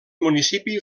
municipi